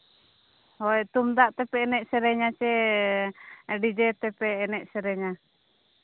ᱦᱳᱭ ᱛᱩᱢᱫᱟᱜ ᱛᱮᱯᱮ ᱮᱱᱮᱡ ᱥᱮᱨᱮᱧᱟ ᱥᱮ ᱰᱤᱡᱮ ᱛᱮᱯᱮ ᱮᱱᱮᱡᱼᱥᱮᱨᱮᱧᱟ